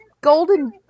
golden